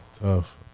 Tough